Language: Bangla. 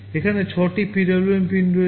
এখানে ছয়টি PWM পিন রয়েছে